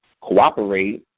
cooperate